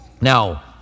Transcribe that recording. Now